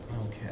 Okay